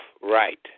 right